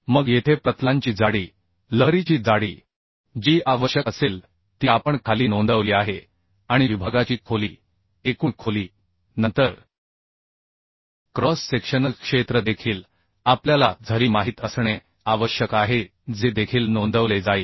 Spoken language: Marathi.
मग येथे प्रतलांची जाडी लहरीची जाडी जी आवश्यक असेल ती आपण खाली नोंदवली आहे आणि विभागाची खोली एकूण खोली नंतर क्रॉस सेक्शनल क्षेत्र देखील आपल्याला z e माहित असणे आवश्यक आहे जे देखील नोंदवले जाईल